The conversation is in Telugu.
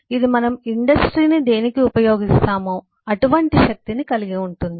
ఇది మనం ఇండస్ట్రీని దేనికి ఉపయోగిస్తామో అటువంటి శక్తిని కలిగి ఉంటుంది